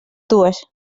dues